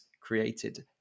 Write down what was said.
created